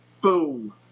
boom